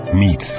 meet